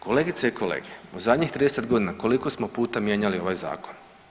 Kolegice i kolege u zadnjih 30 godina koliko smo puta mijenjali ovaj zakon?